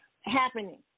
happening